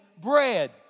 bread